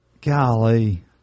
Golly